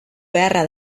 beharra